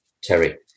Terry